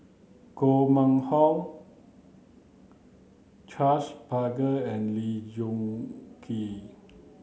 Koh Mun Hong Charles Paglar and Lee Choon Kee